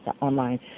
online